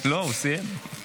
לא, הוא סיים.